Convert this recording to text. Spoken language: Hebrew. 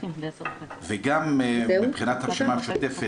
גם מבחינת הרשימה המשותפת,